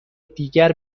دیگر